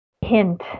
hint